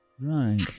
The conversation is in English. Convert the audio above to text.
Right